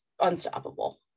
unstoppable